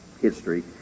history